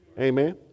Amen